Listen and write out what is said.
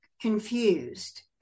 confused